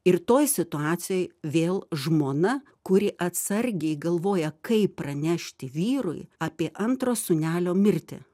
ir toj situacijoj vėl žmona kuri atsargiai galvoja kaip pranešti vyrui apie antro sūnelio mirtį